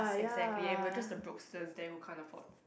exactly and we were just the broke students there who can't afford